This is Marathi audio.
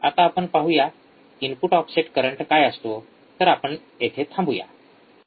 आता आपण पाहू या इनपुट ऑफसेट करंट काय असतो तर आपण येथे थांबूया